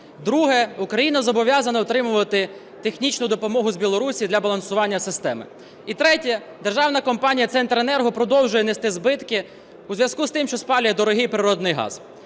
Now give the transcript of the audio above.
друге - Україна зобов'язана отримувати технічну допомогу з Білорусі для балансування системи; і третє - Державна компанія "Центренерго" продовжує нести збитки у зв'язку з тим, що спалює дорогий природний газ.